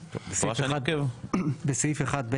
הצבעה בעד 4 נגד 9 נמנעים 1 לא